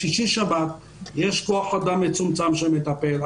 בשישי שבת יש כוח אדם מצומצם שמטפל.